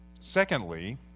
Secondly